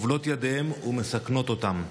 כובלות את ידיהם ומסכנות אותם.